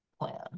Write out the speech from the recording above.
plan